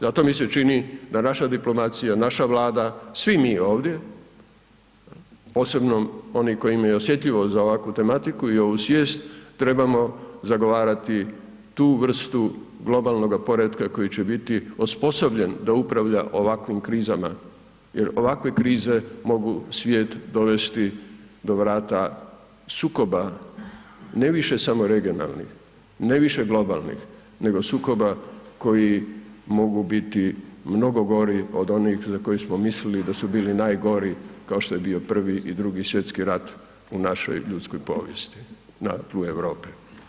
Zato mi se čini da naša diplomacija, naša Vlada, svi mi ovdje, posebno oni koji imaju osjetljivost za ovakvu tematiku i ovu svijest trebamo zagovarati tu vrstu globalnoga poretka koji će biti osposobljen da upravlja ovakvim krizama jer ovakve krize mogu svijet dovesti do vrata sukoba, ne više samo regionalnih, ne više globalnih, nego sukoba koji mogu biti mnogo gori od onih za koje smo mislili da su bili najgori, kao što je bio Prvi i Drugi svjetski rat u našoj ljudskoj povijesti na tlu Europe.